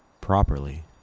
Properly